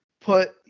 put